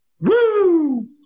woo